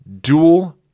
dual